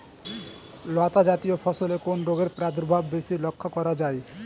লতাজাতীয় ফসলে কোন রোগের প্রাদুর্ভাব বেশি লক্ষ্য করা যায়?